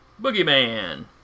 Boogeyman